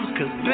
Cause